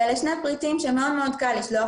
אלה שני הפריטים שמאוד מאוד קל לשלוח